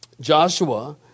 Joshua